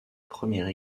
première